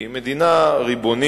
כי מדינה ריבונית,